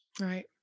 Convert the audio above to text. Right